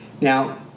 Now